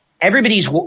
everybody's